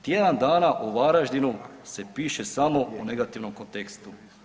Tjedan dana o Varaždinu se piše samo u negativnom kontekstu.